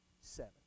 seven